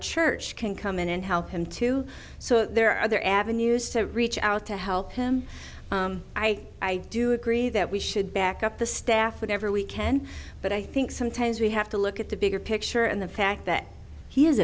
church can come in and help him too so there are other avenues to reach out to help him i i do agree that we should back up the staff whatever we can but i think sometimes we have to look at the bigger picture and the fact that he is